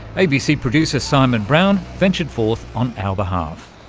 abc producer simon brown ventured forth on our behalf.